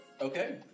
Okay